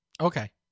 Okay